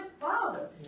father